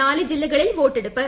നാല് ജില്ലകളിൽ വോട്ടെടുപ്പ്